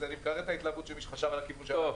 אז אני מקרר את ההתלהבות של מי שחשב על הכיוון שאמרתי.